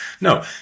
No